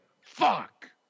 Fuck